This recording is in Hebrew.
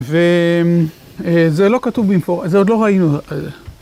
וזה לא כתוב במפורש, זה עוד לא ראינו.